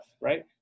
right